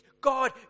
God